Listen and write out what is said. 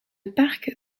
parc